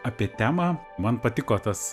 apie temą man patiko tas